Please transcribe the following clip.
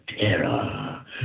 terror